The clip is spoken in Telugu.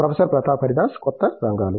ప్రొఫెసర్ ప్రతాప్ హరిదాస్ కొత్త రంగాలు